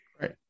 Right